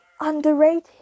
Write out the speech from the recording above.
underrated